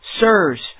Sirs